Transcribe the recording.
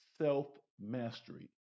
self-mastery